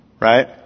right